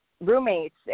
roommates